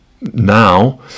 now